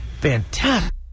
fantastic